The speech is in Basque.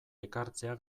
ekartzea